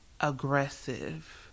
aggressive